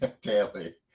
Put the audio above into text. Daily